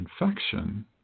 infection